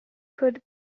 could